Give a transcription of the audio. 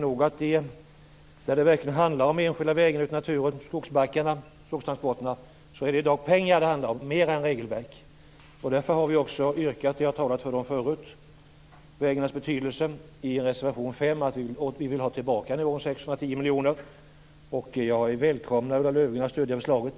När det gäller enskilda vägar i naturen som används för skogstransporterna handlar det i dag mer om pengar än om regelverk. Därför har vi också yrkat om det. Vi har talat om vägarnas betydelse i reservation 5, och vi vill ha tillbaka nivån 610 miljoner. Jag välkomnar Ulla Löfgren att stödja förslaget.